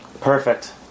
Perfect